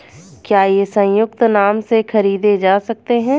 क्या ये संयुक्त नाम से खरीदे जा सकते हैं?